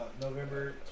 November